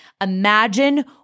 Imagine